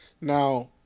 Now